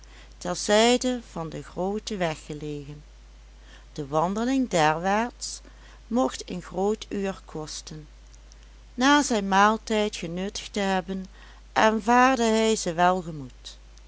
terzijde van den grooten weg gelegen de wandeling derwaarts mocht een groot uur kosten na zijn maaltijd genuttigd te hebben aanvaardde hij ze welgemoed